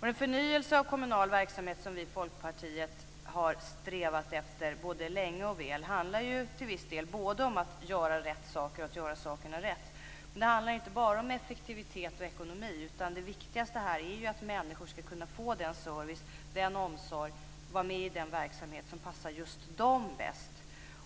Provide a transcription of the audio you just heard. En förnyelse av kommunal verksamhet som vi i Folkpartiet har strävat efter både länge och väl handlar till viss del både om att göra rätt saker och om att göra sakerna rätt. Det handlar inte bara om effektivitet och ekonomi, utan det viktigaste är att människor skall kunna få den service och den omsorg och vara med i den verksamhet som passar just dem bäst